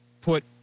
put